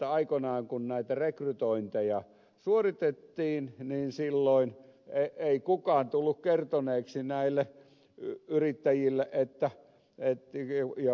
aikoinaan kun näitä rekrytointeja suoritettiin silloin ei kukaan tullut kertoneeksi näille yrittäjille ja